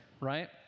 right